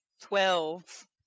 Twelve